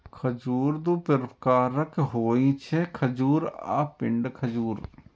खजूर दू प्रकारक होइ छै, खजूर आ पिंड खजूर